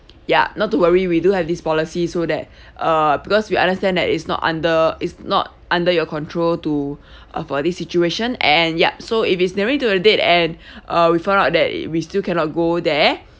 ya not to worry we do have this policy so that uh because we understand that it's not under is not under your control to uh for this situation and yup so if it's nearing to the date and uh we found out that it we still cannot go there